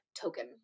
token